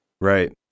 Right